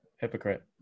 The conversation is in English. Hypocrite